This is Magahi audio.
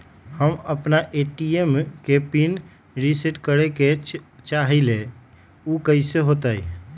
हम अपना ए.टी.एम के पिन रिसेट करे के चाहईले उ कईसे होतई?